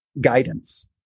guidance